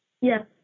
Yes